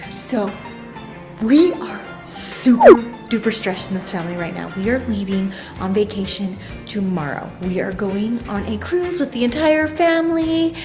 so we are super duper stressed in this family right now. we are leaving on vacation tomorrow. we are going on a cruise with the entire family.